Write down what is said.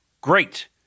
great